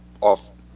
off